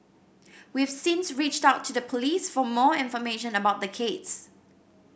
we've since reached out to the Police for more information about the case